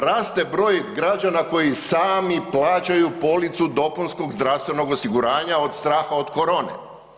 Raste broj građana koji sami plaćaju policu dopunskog zdravstvenog osiguranja od straha od korone.